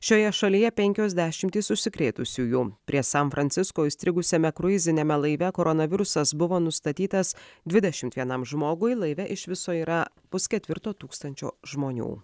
šioje šalyje penkios dešimtys užsikrėtusiųjų prie san francisko įstrigusiame kruiziniame laive koronavirusas buvo nustatytas dvidešimt vienam žmogui laive iš viso yra pusketvirto tūkstančio žmonių